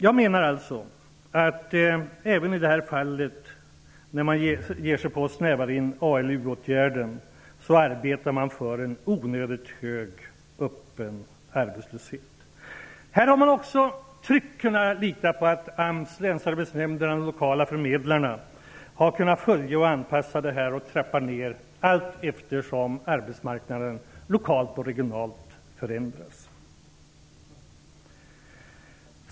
Jag menar alltså att man även när man ger sig på att snäva in ALU-åtgärder arbetar för en onödigt hög öppen arbetslöshet. Här har man också tryggt kunnat lita på att AMS, Länsarbetsnämnden och de lokala förmedlarna följer upp, anpassar och trappar ner åtgärderna allteftersom arbetsmarknaden lokalt och regionalt förändras.